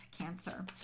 cancer